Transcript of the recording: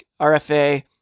RFA